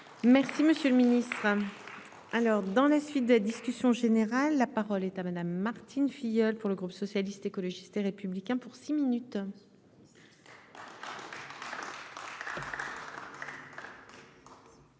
Merci, monsieur le Ministre. Alors dans la suite de la discussion générale. La parole est à madame Martine Filleul pour le groupe socialiste, écologiste et républicain pour six minutes.